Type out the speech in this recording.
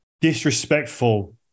Disrespectful